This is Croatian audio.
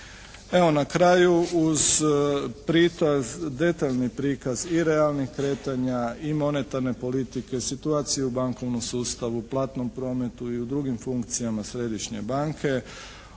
prikaz, detaljni prikaz i realnih kretanja i monetarne politike, situacija u bankovnom sustavu, platnom prometu i u drugim funkcijama središnje banke